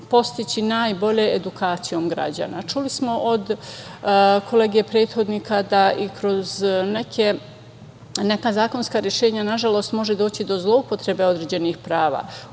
postići najbolje edukacijom građana. Čuli smo od kolege prethodnika da i kroz neka zakonska rešenja, nažalost može doći do zloupotrebe određenih prava.